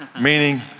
meaning